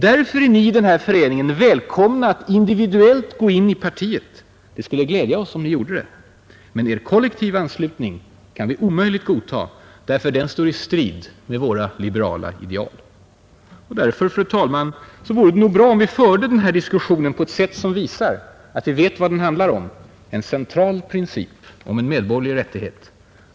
Därför är ni i den här föreningen välkomna att individuellt gå in i partiet; det skulle glädja oss om ni gjorde det. Men er kollektiva anslutning kan vi omöjligt godta, eftersom den står i strid med våra liberala ideal. Därför, fru talman, vore det bra om vi förde den här diskussionen på ett sätt som visar att vi vet vad den handlar om: en central princip om en medborgerlig rättighet.